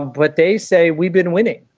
but they say we've been winning.